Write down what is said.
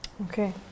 Okay